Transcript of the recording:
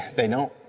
they don't,